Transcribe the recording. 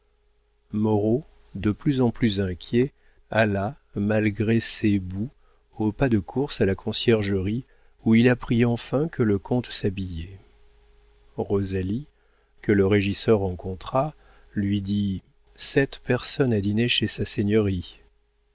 moreau de plus en plus inquiet alla malgré ses bottes au pas de course à la conciergerie ou il apprit enfin que le comte s'habillait rosalie que le régisseur rencontra lui dit sept personnes à dîner chez sa seigneurie